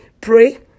pray